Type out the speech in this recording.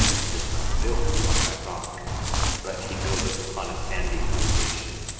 and is not built upon my rock but he buildeth upon a sandy foundation,